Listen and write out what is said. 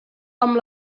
amb